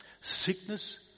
sickness